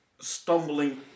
stumbling